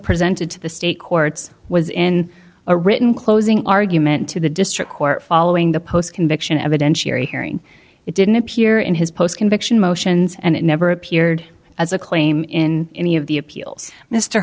presented to the state courts was in a written closing argument to the district court following the post conviction evidentiary hearing it didn't appear in his post conviction motions and it never appeared as a claim in any of the appeals mr